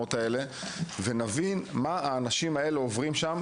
האדמות האלה ונבין מה האנשים האלה עוברים שם,